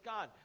God